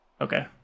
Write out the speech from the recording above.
Okay